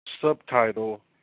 subtitle